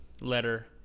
letter